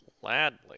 Gladly